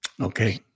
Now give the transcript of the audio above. Okay